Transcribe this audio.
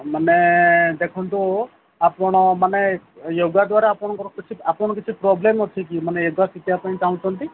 ମାନେ ଦେଖନ୍ତୁ ଆପଣମାନେ ୟୋଗା ଦ୍ୱାରା ଆପଣଙ୍କର କିଛି ଆପଣ କିଛି ପ୍ରୋବ୍ଲେମ୍ ଅଛି କି ମାନେ ୟୋଗା ଶିଖିବା ପାଇଁ ଚାହୁଁଛନ୍ତି